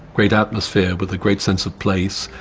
great atmosphere with a great sense of place.